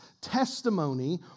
testimony